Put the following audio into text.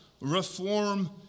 reform